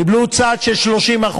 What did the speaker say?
קיבלו צעד של 30%,